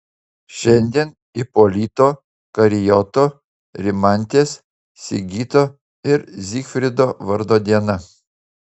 šiandien ipolito karijoto rimantės sigito ir zygfrido vardo diena